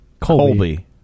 Colby